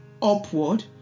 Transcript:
upward